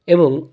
ଏବଂ